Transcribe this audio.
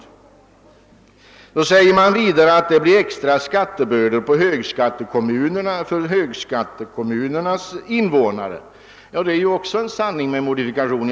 Reservanterna menar vidare att det blir extra skattebördor för högskattekommunernas invånare. Också det är en sanning med modifikation.